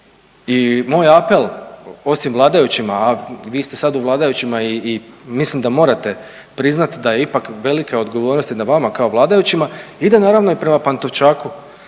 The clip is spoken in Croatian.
I moj apel osim vladajućima, a vi ste sada u vladajućima i mislim da morate priznat da je ipak velika odgovornost na vama kao vladajućima, ide naravno i prema Pantovčaku,